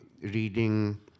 reading